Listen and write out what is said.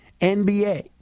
NBA